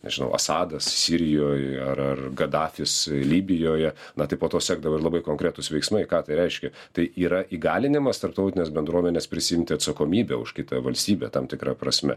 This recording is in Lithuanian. nežinau asadas sirijoj ar ar gadafis libijoje na tai po to sekdavo ir labai konkretūs veiksmai ką tai reiškia tai yra įgalinimas tarptautinės bendruomenės prisiimti atsakomybę už kitą valstybę tam tikra prasme